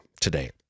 today